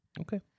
Okay